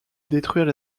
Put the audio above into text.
détruire